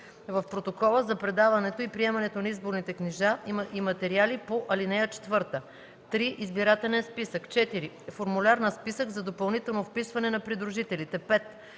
в протокола за предаването и приемането на изборните книжа и материали по ал. 4; 3. избирателен списък; 4. формуляр на списък за допълнително вписване на придружителите;